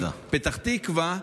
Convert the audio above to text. פתח תקווה,